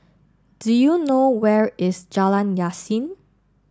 do you know where is Jalan Yasin